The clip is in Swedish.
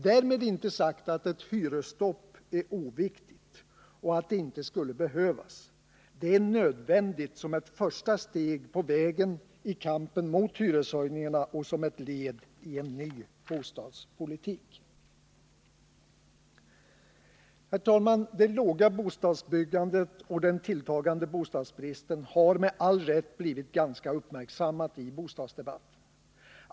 Därmed inte sagt att ett hyresstopp är oviktigt och inte skulle behövas. Det är nödvändigt som ett första steg på vägen i kampen mot hyreshöjningarna och som ett led i en ny bostadspolitik. Herr talman! Det låga bostadsbyggandet och den tilltagande bostadsbristen har med all rätt blivit ganska uppmärksammade i bostadsdebatten.